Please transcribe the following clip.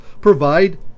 provide